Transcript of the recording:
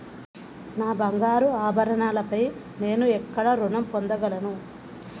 నా బంగారు ఆభరణాలపై నేను ఎక్కడ రుణం పొందగలను?